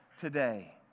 today